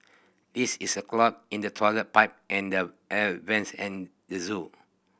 this is a clog in the toilet pipe and the air vents at the zoo